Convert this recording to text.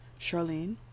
Charlene